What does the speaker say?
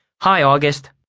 hi august,